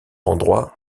endroits